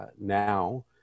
now